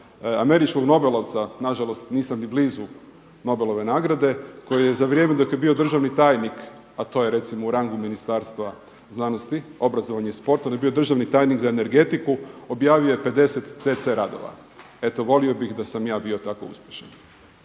američkog nobelovca nažalost nisam ni blizu Nobelove nagrade koje je za vrijeme dok je bio državni tajnik, a to je recimo u rangu Ministarstva znanosti, obrazovanja i sporta, on je bio državni tajnik za energetiku, objavio je 50 cc radova. Eto volio bih da sam ja bio tako uspješan.